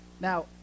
Now